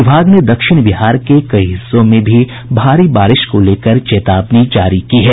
विभाग ने दक्षिण बिहार के कई हिस्सों में भी भारी बारिश को लेकर चेतावनी जारी की है